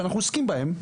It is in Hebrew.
שאנחנו עוסקים בהם,